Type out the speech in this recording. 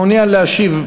מעוניין להשיב לדוברים.